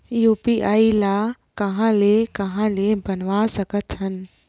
UPI ल कहां ले कहां ले बनवा सकत हन?